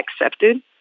accepted